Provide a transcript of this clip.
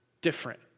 different